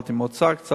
קיבלתי קצת מהאוצר,